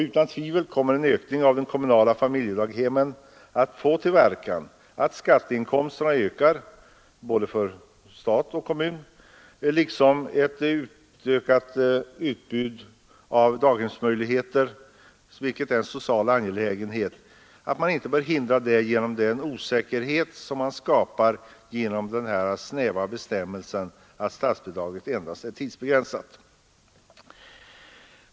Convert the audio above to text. Utan tvivel kommer en utökning av de kommunala familjedaghemmen att få till verkan att skatteinkomsterna stiger för både stat och kommun. Dessutom är ett ökat utbud av daghemsplatser en social angelägenhet, och man bör inte hindra det genom den osäkerhet som man skapar genom den snäva bestämmelsen att statsbidraget är tidsbegränsat.